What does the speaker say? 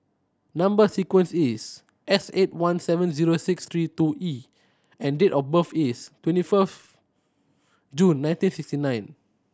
number sequence is S eight one seven zero six three two E and date of birth is twenty fourth June nineteen sixty nine